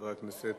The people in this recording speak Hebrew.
נמצא.